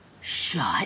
Shut